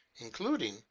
including